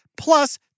plus